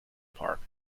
park